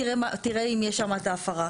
תראה אם יש שם את ההפרה.